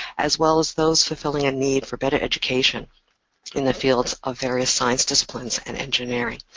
as well as those fulfilling a need for better education in the fields of various science disciplines and engineering,